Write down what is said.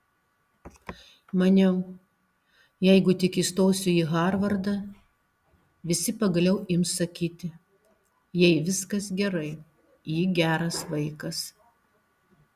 maniau jeigu tik įstosiu į harvardą visi pagaliau ims sakyti jai viskas gerai ji geras vaikas